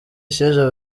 isheja